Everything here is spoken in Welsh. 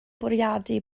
bwriadu